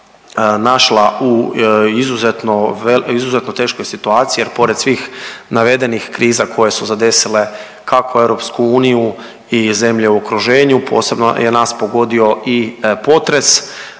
vel…, izuzetno teškoj situaciji jer pored svih navedenih kriza koje su zadesile kako EU i zemlje u okruženju, posebno je nas pogodio i potres,